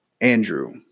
Andrew